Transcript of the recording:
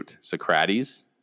Socrates